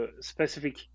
specific